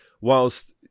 whilst